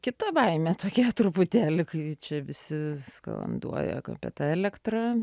kitą baimę tokie truputėlį kviečia visi skanduoja apie tą elektrą